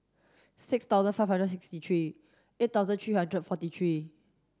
six thousand five hundred sixty three eight thousand three hundred forty three